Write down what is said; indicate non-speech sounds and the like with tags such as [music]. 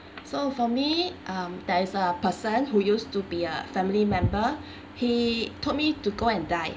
so for me um there is a person who used to be a family member [breath] he told me to go and die